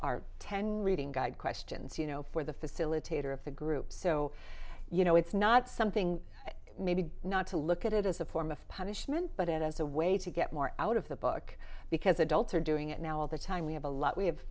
are ten reading questions you know for the facilitator of the group so you know it's not something maybe not to look at it as a form of punishment but as a way to get more out of the book because adults are doing it now all the time we have a lot we have